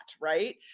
right